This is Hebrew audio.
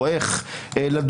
או איך לדון,